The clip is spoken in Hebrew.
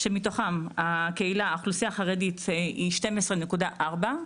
מתוכם האוכלוסייה החרדית היא 12.4,